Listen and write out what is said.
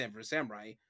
Samurai